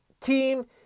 team